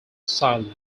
ceylon